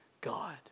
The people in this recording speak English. God